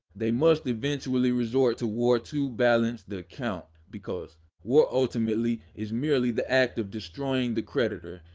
they must eventually resort to war to balance the account, because war ultimately is merely the act of destroying the creditor,